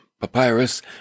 papyrus